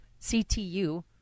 CTU